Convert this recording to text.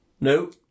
No